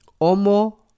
Omo